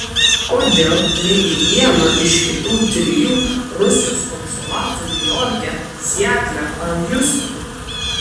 kodėl ne į vieną iš kitų trijų rusijos konsulatų niujorke sietle ar hjustone